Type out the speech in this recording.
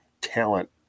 talent